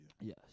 Yes